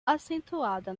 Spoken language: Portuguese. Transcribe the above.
acentuada